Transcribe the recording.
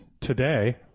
Today